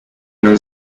non